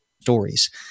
stories